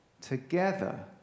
together